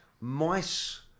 mice